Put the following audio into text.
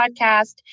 podcast